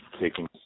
taking